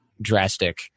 drastic